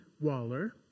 Waller